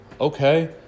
okay